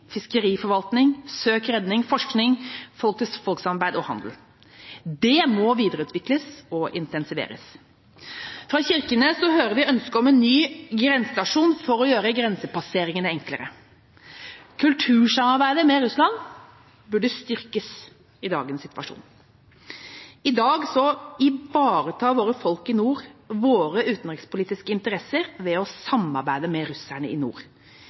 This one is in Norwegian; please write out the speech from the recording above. fiskeriforvaltning, søk og redning, forskning, folk-til-folk-samarbeid og handel. Det må videreutvikles og intensiveres. Fra Kirkenes hører vi ønske om en ny grensestasjon for å gjøre grensepasseringene enklere. Kultursamarbeidet med Russland burde styrkes i dagens situasjon. I dag ivaretar våre folk i nord våre utenrikspolitiske interesser ved å samarbeide med russerne i nord.